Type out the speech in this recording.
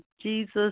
Jesus